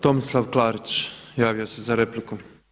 Tomislav Klarić javio se za repliku.